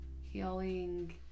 healing